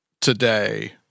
today